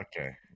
Okay